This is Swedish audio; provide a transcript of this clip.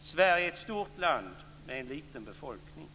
Sverige är ett stort land med en liten befolkning.